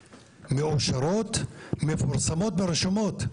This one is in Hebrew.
מאושרות, מפורסמות ברשומות.